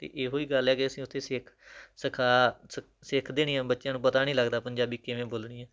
ਅਤੇ ਇਹੋ ਹੀ ਗੱਲ ਹੈ ਕਿ ਅਸੀਂ ਉੱਥੇ ਸਿੱਖ ਸਖਾ ਸਕ ਸਿੱਖਦੇ ਨਹੀਂ ਹਾਂ ਬੱਚਿਆਂ ਨੂੰ ਪਤਾ ਨਹੀਂ ਲੱਗਦਾ ਪੰਜਾਬੀ ਕਿਵੇਂ ਬੋਲਣੀ ਹੈ